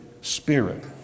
Spirit